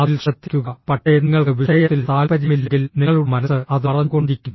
അതിൽ ശ്രദ്ധിക്കുക പക്ഷേ നിങ്ങൾക്ക് വിഷയത്തിൽ താൽപ്പര്യമില്ലെങ്കിൽ നിങ്ങളുടെ മനസ്സ് അത് പറഞ്ഞുകൊണ്ടിരിക്കും